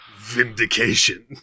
vindication